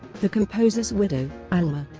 the composer's widow, alma,